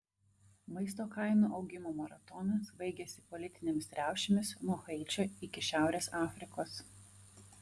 maisto kainų augimo maratonas baigėsi politinėmis riaušėmis nuo haičio iki šiaurės afrikos